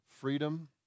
freedom